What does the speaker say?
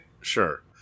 Sure